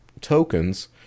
tokens